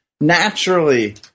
naturally